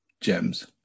gems